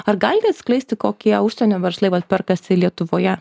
ar galite atskleisti kokie užsienio verslai vat perkasi lietuvoje